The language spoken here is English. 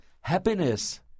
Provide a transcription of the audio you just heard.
Happiness